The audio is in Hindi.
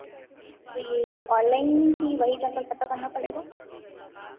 तो यह ऑनलाइन की वही जा कर पता करना पड़ेगा